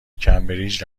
کمبریج